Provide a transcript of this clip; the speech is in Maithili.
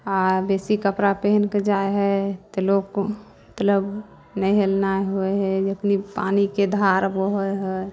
आओर बेसी कपड़ा पहिनके जाइ हइ तऽ लोक मतलब नहि हेलनाइ होइ हइ जखन पानीके धार बहै हइ